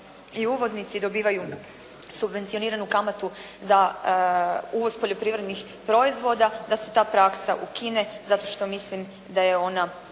i uvoznici dobivaju subvencioniranu kamatu za uvoz poljoprivrednih proizvoda, da se ta praksa ukine zato što mislim da je ona